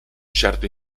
certo